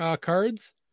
cards